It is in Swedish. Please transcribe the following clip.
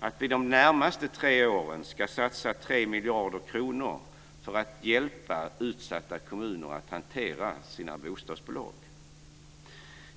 att vi de närmaste tre åren ska satsa 3 miljarder kronor för att hjälpa utsatta kommuner att hantera sina bostadsbolag.